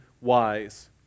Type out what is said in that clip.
wise